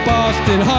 Boston